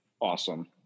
awesome